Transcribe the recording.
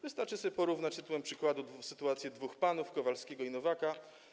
Wystarczy porównać, tytułem przykładu, sytuację dwóch panów, Kowalskiego i Nowaka.